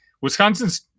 Wisconsin's